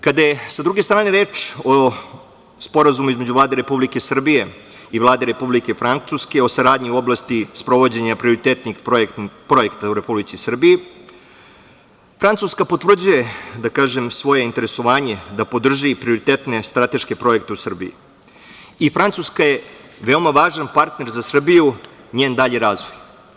Kada je, sa druge strane, reč o Sporazumu između Vlade Republike Srbije i Vlade Republike Francuske o saradnji u oblasti sprovođenja prioritetnih projekta u Republici Srbiji, Francuska potvrđuje svoje interesovanje da podrži prioritetne strateške projekte u Srbiji i Francuska je veoma važan partner za Srbiju i njen dalji razvoj.